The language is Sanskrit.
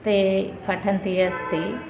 ते पठन्ति अस्ति